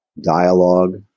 dialogue